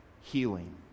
healing